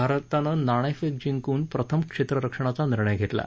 भारतानं नाणेफेक जिंकून प्रथम क्षेत्ररक्षणाचा निर्णय घेतला आहे